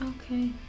Okay